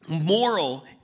moral